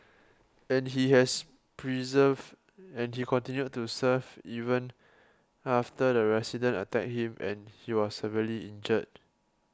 and he has persevered and he continued to serve even after the resident attacked him and he was very injured